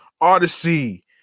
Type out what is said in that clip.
odyssey